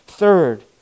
Third